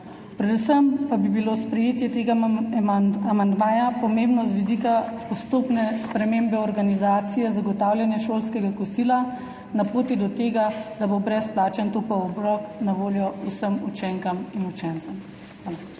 Predvsem pa bi bilo sprejetje tega amandmaja pomembno z vidika postopne spremembe organizacije zagotavljanja šolskega kosila na poti do tega, da bo brezplačen topel obrok na voljo vsem učenkam in učencem.